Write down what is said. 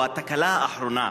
או התקלה האחרונה,